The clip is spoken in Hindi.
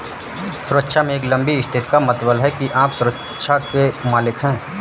सुरक्षा में एक लंबी स्थिति का मतलब है कि आप सुरक्षा के मालिक हैं